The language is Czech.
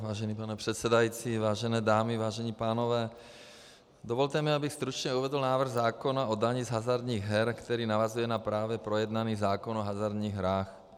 Vážený pane předsedající, vážené dámy, vážení pánové, dovolte mi, abych stručně uvedl návrh zákona o dani z hazardních her, který navazuje na právě projednaný zákon o hazardních hrách.